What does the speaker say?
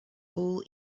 all